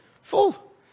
Full